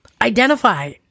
identify